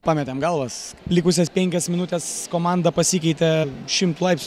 pametėm galvas likusias penkias minutes komanda pasikeitė šimtu laips